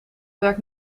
werkt